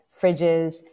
fridges